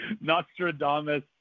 Nostradamus